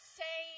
say